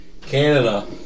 Canada